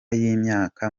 y’imyaka